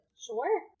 Sure